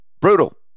Brutal